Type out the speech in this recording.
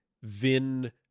vin